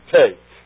take